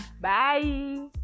Bye